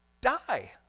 die